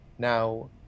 Now